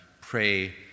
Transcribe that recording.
pray